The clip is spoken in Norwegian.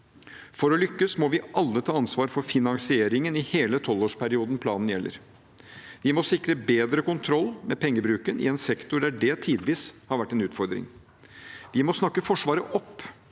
For å lykkes må vi alle ta ansvar for finansieringen i hele tolvårsperioden planen gjelder. Vi må sikre bedre kontroll med pengebruken i en sektor der det tidvis har vært en utfordring. Vi må snakke Forsvaret opp,